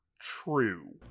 true